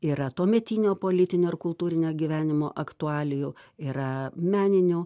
yra tuometinio politinio ir kultūrinio gyvenimo aktualijų yra meninių